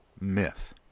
myth